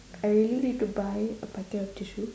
I really need to buy a packet of tissue